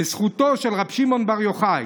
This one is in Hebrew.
בזכותו של רבי שמעון בר יוחאי,